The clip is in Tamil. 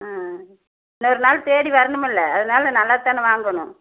ம் இன்னோரு நாள் தேடி வரணுமில்ல அதனால் நல்லாதானே வாங்கணும்